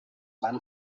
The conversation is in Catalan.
van